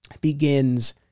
begins